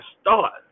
start